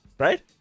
Right